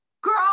Girl